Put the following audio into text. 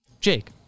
Jake